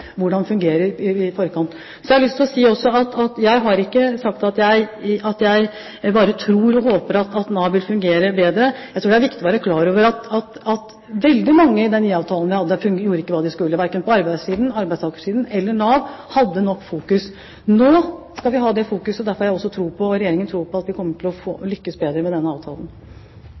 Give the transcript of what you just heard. hvordan fungerer i forkant. Så har jeg lyst til å si at jeg ikke har sagt at jeg bare tror og håper at Nav vil fungere bedre. Jeg tror det er viktig å være klar over at veldig mange i forbindelse med den IA-avtalen vi hadde, ikke gjorde hva de skulle. Verken arbeidssiden, arbeidstakersiden eller Nav hadde nok fokus. Nå skal vi ha det fokuset, og derfor har jeg og Regjeringen også tro på at vi kommer til å lykkes bedre med den avtalen.